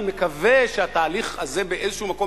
אני מקווה שהתהליך הזה באיזשהו מקום,